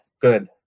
good